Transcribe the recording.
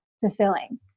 fulfilling